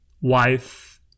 Wife